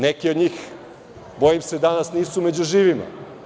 Neki od njih, bojim se danas nisu među živima.